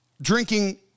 Drinking